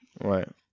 right